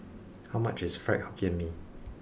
how much is Fried Hokkien Mee